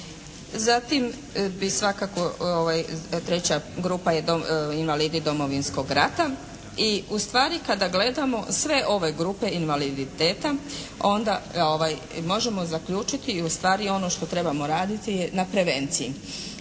Zatim bi svakako treća grupa je invalidi Domovinskog rata. I ustvari kada gledamo sve ove grupe invaliditeta onda možemo zaključiti i ustvari ono što trebamo raditi je na prevenciji.